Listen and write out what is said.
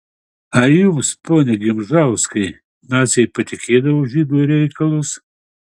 ar jums pone gimžauskai naciai patikėdavo žydų reikalus